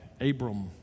Abram